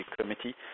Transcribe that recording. committee